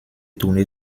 tournée